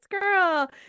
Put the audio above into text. girl